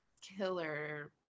killer